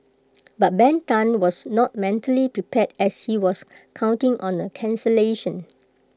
but Ben Tan was not mentally prepared as he was counting on A cancellation